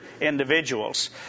individuals